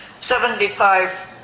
75